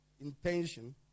intention